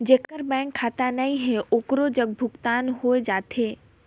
जेकर बैंक खाता नहीं है ओकरो जग भुगतान हो जाथे?